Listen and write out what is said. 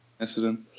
incident